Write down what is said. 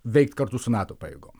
veikt kartu su nato pajėgom